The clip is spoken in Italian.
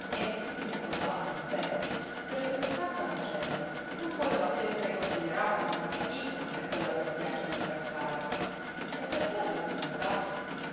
e tutti ne provavano dispetto perché sottratta al macello non poteva piú essere considerata come una fatica per quella bestiaccia l'ingrassare e perché allora ingrassava